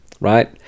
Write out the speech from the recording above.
Right